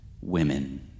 women